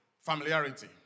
Familiarity